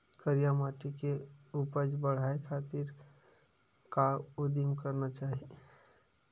करिया माटी के उपज बढ़ाये खातिर का उदिम करना चाही?